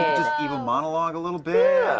evil monologue a little bit,